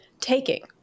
Taking